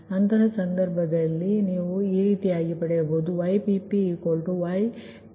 ಅಂತಹ ಸಂದರ್ಭದಲ್ಲಿ ನೀವು ಪಡೆಯುತ್ತೀರಿ